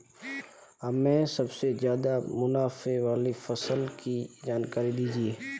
हमें सबसे ज़्यादा मुनाफे वाली फसल की जानकारी दीजिए